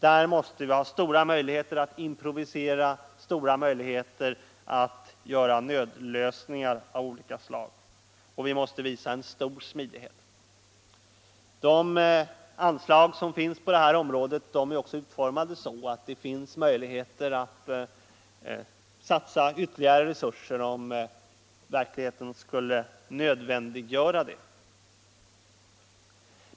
Då måste vi ha stora möjligheter att improvisera, att tillgripa nödlösningar av olika slag och att visa stor smidighet. De anslag som finns på detta område är också utformade så att möjligheter föreligger att satsa ytterligare resurser, om verkligheten skulle göra detta nödvändigt.